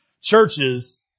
churches